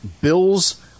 Bills